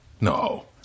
No